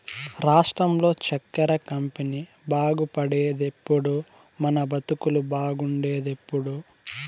రాష్ట్రంలో చక్కెర కంపెనీ బాగుపడేదెప్పుడో మన బతుకులు బాగుండేదెప్పుడో